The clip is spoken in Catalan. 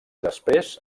després